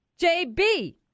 JB